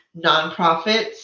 nonprofits